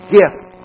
gift